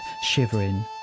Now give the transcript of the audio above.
shivering